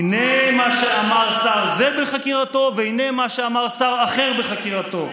הינה מה שאמר שר זה בחקירתו והינה מה שאמר שר אחר בחקירתו.